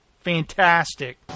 fantastic